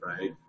right